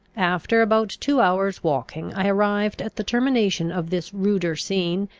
after about two hours walking i arrived at the termination of this ruder scene,